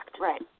Right